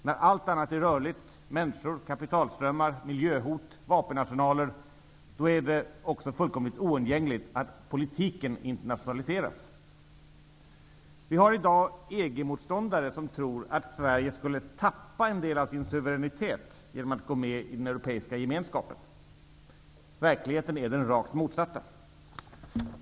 När allt annat är rörligt -- människor, kapitalströmmar, miljöhot, vapenarsenaler -- är det fullkomligt oundgängligt att också politiken internationaliseras. Vi har i dag EG-motståndare som tror att Sverige skulle tappa en del av sin suveränitet genom att gå med i den europeiska gemenskapen. Verkligheten är den rakt motsatta.